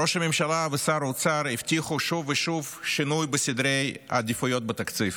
ראש הממשלה ושר האוצר הבטיחו שוב ושוב שינוי בסדרי העדיפויות בתקציב.